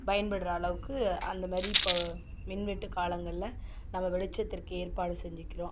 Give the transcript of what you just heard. பயன்படுற அளவுக்கு அந்தமாதிரி இப்போ மின்வெட்டு காலங்களில் நம்ப வெளிச்சத்திற்கு ஏற்பாடு செஞ்சிக்குறோம்